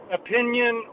opinion